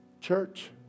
Church